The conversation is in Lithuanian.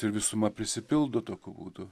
ir visuma prisipildo tokiu būdu